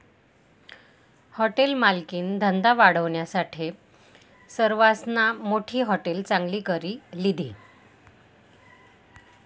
hotel मालकनी धंदा वाढावानासाठे सरवासमा मोठी हाटेल चांगली करी लिधी